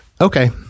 Okay